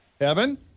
evan